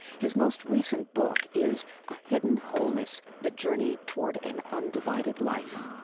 his most recent book is a hidden wholeness the journey toward an undivided life